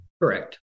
Correct